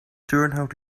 turnhout